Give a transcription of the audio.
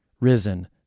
risen